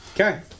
Okay